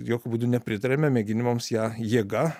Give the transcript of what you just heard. jokiu būdu nepritariame mėginimams ją jėga